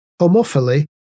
Homophily